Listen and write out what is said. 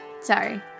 Sorry